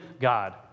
God